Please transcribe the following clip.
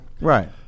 Right